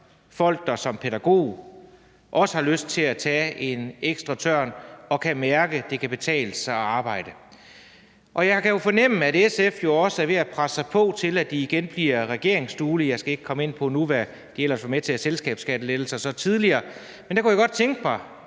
folk, der som pædagoger også har lyst til at tage en ekstra tørn og kan mærke, at det kan betale sig at arbejde. Jeg kan jo fornemme, at SF også er ved at presse sig på, så de igen bliver regeringsduelige. Jeg skal ikke komme ind på nu, hvad de ellers var med til af selskabsskattelettelser tidligere. Men jeg kunne godt tænke mig